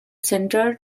center